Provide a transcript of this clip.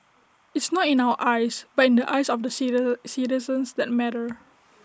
it's not in our eyes but in the eyes of the citizens that matter